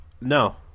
No